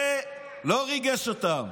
זה לא ריגש אותם,